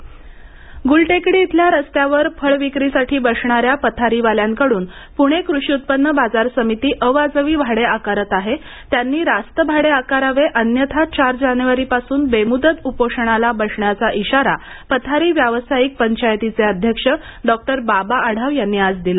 पथारी व्यावसायिक गुलटेकडी इथल्या रस्त्यावर फळ विक्रीसाठी बसणाऱ्या पथारीवाल्यांकडून पुणे कृषि उत्पन्न बाजार समिती अवाजवी भाडे आकारत आहे त्यांनी रास्त भाडे आकारावे अन्यथा चार जानेवारीपासून बेमुदत उपोषणाला बसण्याचा इशारा पथारी व्यवसायिक पंचायतीचे अध्यक्ष डॉक्टर बाबा आढाव यांनी आज दिला